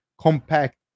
compact